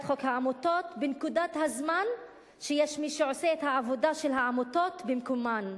את חוק העמותות בנקודת הזמן שיש מי שעושה את העבודה של העמותות במקומן.